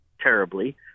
terribly